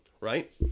right